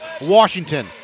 Washington